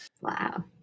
Wow